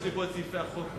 יש לי פה את סעיפי החוק.